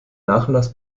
nachlass